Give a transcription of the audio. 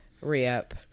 re-up